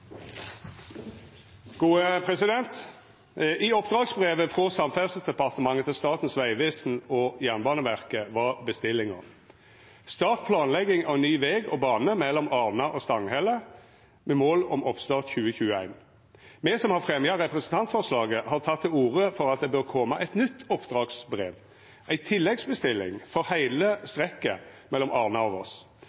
Jernbaneverket var bestillinga følgjande: Start planlegging av ny veg og bane mellom Arna og Stanghelle, med mål om oppstart i 2021. Me som har fremja representantforslaget, har teke til orde for at det bør koma eit nytt oppdragsbrev, ei tilleggsbestilling for heile